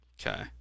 Okay